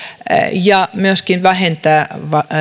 ja myöskin vähentää